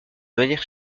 manière